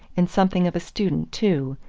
and something of a student, too,